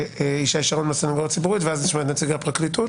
ישי שרון מהסנגוריה הציבורית ואז נשמע את נציג הפרקליטות.